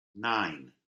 nine